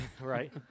right